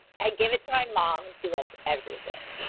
i gave it to my mom and she loves everything.